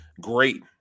great